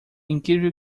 incrível